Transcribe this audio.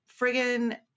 friggin